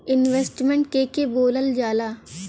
Investment के के बोलल जा ला?